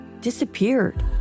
disappeared